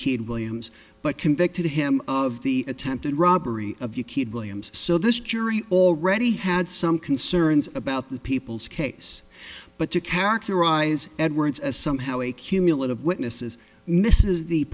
keyed williams but convicted him of the attempted robbery of you keep williams so this jury already had some concerns about the people's case but to characterize edwards as somehow a cumulative witnesses misses the